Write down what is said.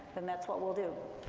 then that's what we'll do.